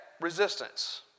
resistance